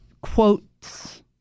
quotes